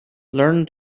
learn